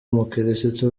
umukirisitu